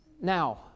Now